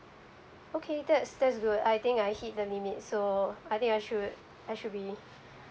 okay that's that's good I think I hit the limit so I think I should I should be